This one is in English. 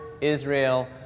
Israel